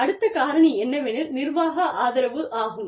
அடுத்த காரணி என்னவெனில் நிர்வாக ஆதரவு ஆகும்